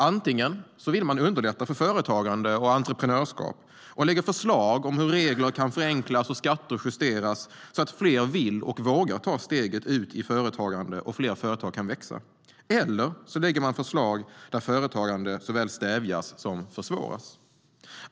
Antingen vill man underlätta för företagande och entreprenörskap och lägger fram förslag om hur regler kan förenklas och skatter justeras så att fler vill och vågar ta steget ut i företagande och så att fler företag kan växa eller så lägger man fram förslag där företagande såväl stävjas som försvåras.